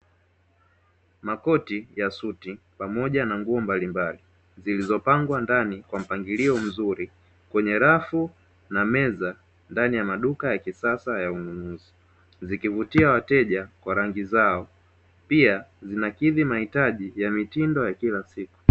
Makoti ya suti pamoja na nguo mbalimbali zilizopangwa ndani kwa mpangilio mzuri kwenye rafu na meza ndani ya maduka ya kisasa ya ununuzi zikivutia wateja kwa rangi zao, pia zinakidhi mahitaji ya mitindo ya kila siku.